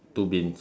two bins